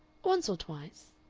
once or twice.